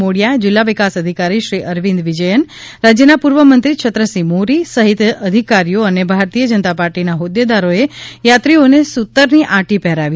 મોડિયા જિલ્લા વિકાસ અધિકારી શ્રી અરવિંદ વિજયન રાજ્યના પૂર્વ મંત્રી છત્રસિંહ મોરી સહિત અધિકારીઓ અને ભારતીય જનતા પાર્ટીના હોદ્દેદારોએ યાત્રીઓને સૂતરની આંટી પહેરાવી હતી